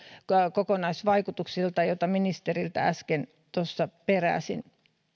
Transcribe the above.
kokonaisvaikutuksilla joita joita ministeriltä äsken tuossa peräsin